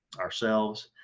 ourselves,